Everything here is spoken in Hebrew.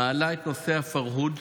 מעלה את נושא הפרהוד.